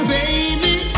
baby